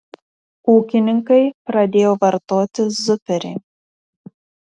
ūkininkai pradėjo vartoti zuperį